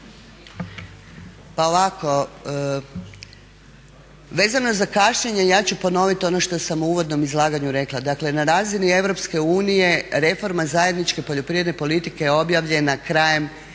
Pa ovako, vezano za kašnjenje ja ću ponoviti ono što sam u uvodnom izlaganju rekla. Dakle, na razini EU reforma zajedničke poljoprivredne politike je objavljena krajem